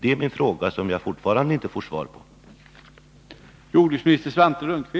Det är min fråga, som jag fortfarande inte fått svar på.